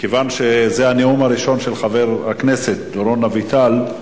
מכיוון שזה הנאום הראשון של חבר הכנסת דורון אביטל,